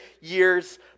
years